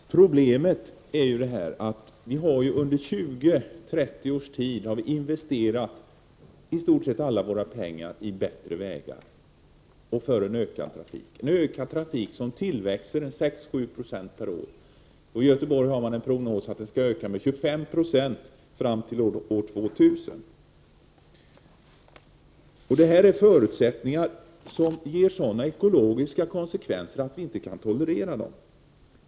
Herr talman! Problemet är att vi under 20-30 års tid har investerat i stort sett alla våra pengar i bättre vägar och för en ökad vägtrafik. Vägtrafiken tillväxer med 6-7 9e per år. I Göteborg är prognosen att den skall öka med 25 Jo fram till år 2000. Det ger sådana ekologiska konsekvenser att vi inte kan tolerera dem.